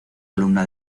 columna